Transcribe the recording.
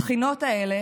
התחינות האלה